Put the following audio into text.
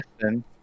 Listen